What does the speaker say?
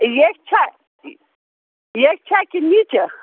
ویٚچھِ چھا ویٚچھِ چھا کِنہٕ نِچہِ